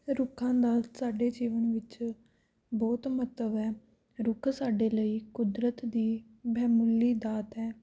ਰੁੱਖਾਂ ਦਾ ਸਾਡੇ ਜੀਵਨ ਵਿੱਚ ਬਹੁਤ ਮਹੱਤਵ ਹੈ ਰੁੱਖ ਸਾਡੇ ਲਈ ਕੁਦਰਤ ਦੀ ਬਹੁਮੁੱਲੀ ਦਾਤ ਹੈ